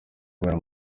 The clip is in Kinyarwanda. kubera